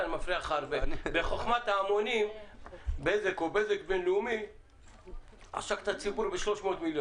ואני כבר דורש להכריע בסוגיה הזו ולומר את העמדה